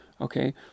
okay